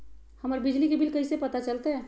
हमर बिजली के बिल कैसे पता चलतै?